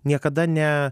niekada ne